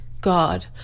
God